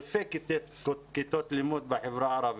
אלפי כיתות לימוד.